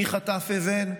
מי חטף אבן,